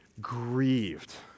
Grieved